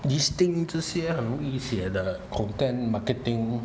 this thing 这些很容易写的 content marketing